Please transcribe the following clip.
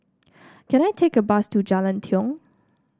can I take a bus to Jalan Tiong